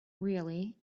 really